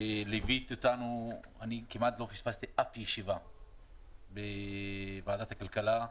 ליווית אותנו כמעט לא פספסתי שום ישיבה בוועדת הכלכלה,